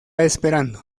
esperando